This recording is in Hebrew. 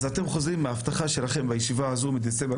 אז אתם חוזרים מההבטחה שלכם בישיבה מדצמבר